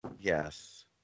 yes